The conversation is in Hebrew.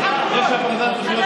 ישראל יש הפרדת רשויות,